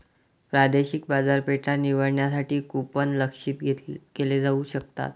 प्रादेशिक बाजारपेठा निवडण्यासाठी कूपन लक्ष्यित केले जाऊ शकतात